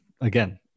again